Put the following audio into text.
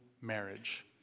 marriage